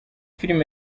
film